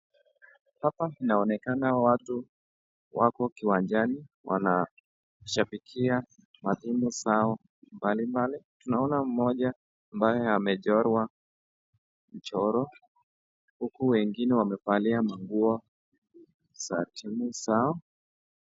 Hapa inaonekana watu wako kiwanjani wanashambikia matimu zao mbalimbali. Tunaona mmoja ambaye amechorwa mchoro uku wengine wamevalia manguo za timu zao.